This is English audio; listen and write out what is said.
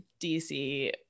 DC